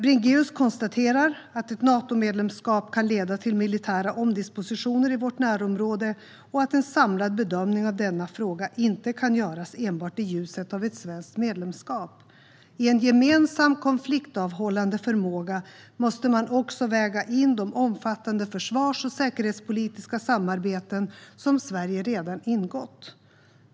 Bringéus konstaterar att ett Natomedlemskap kan leda till militära omdispositioner i vårt närområde och att en samlad bedömning av denna fråga inte kan göras enbart i ljuset av ett svenskt medlemskap. I en gemensam konfliktavhållande förmåga måste man också väga in de omfattande försvars och säkerhetspolitiska samarbeten som Sverige redan har ingått.